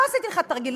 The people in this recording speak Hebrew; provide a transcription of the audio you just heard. לא עשיתי לך תרגיל,